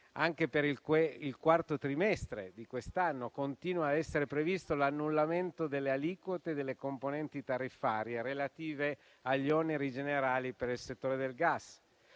Anche per il quarto trimestre di quest'anno continua a essere previsto l'annullamento delle aliquote delle componenti tariffarie relative agli oneri generali per il settore del gas,